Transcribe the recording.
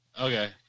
Okay